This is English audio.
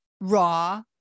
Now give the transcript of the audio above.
Raw